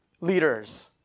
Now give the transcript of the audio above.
leaders